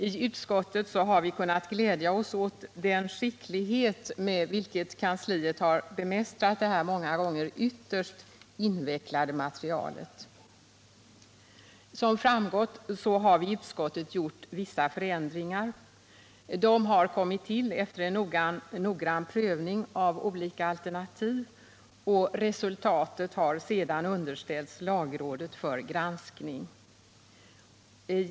I utskottet har vi kunnat glädja oss åt den skicklighet med vilken kansliet bemästrat detta många gånger ytterst invecklade material. Som framgått har vi i utskottet gjort vissa förändringar. De har kommit till efter noggrann prövning av olika alternativ, och resultatet har sedan underställts lagrådet för granskning.